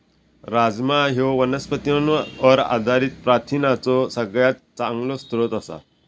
राजमा ह्यो वनस्पतींवर आधारित प्रथिनांचो सगळ्यात चांगलो स्रोत आसा